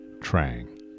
Trang